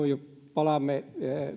palaamme